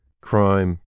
crime